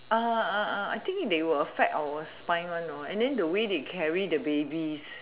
I think they will affect our spine one know and the way they carry the babies